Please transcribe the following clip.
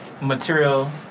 material